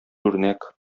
үрнәк